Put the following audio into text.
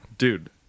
dude